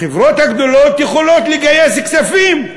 החברות הגדולות יכולות לגייס כספים,